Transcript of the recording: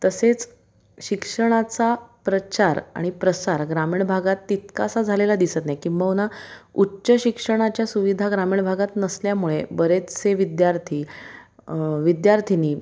तसेच शिक्षणाचा प्रचार आणि प्रसार ग्रामीण भागात तितकासा झालेला दिसत नाही किंबहुना उच्च शिक्षणाच्या सुविधा ग्रामीण भागात नसल्यामुळे बरेचसे विद्यार्थी विद्यार्थिनी